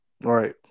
right